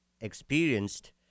experienced